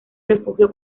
refugio